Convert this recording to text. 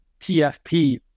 TFP